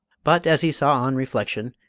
but, as he saw on reflection,